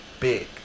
big